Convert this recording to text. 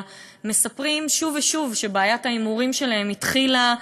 מספרים שוב ושוב שבעיית ההימורים שלהם התחילה,